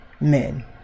Men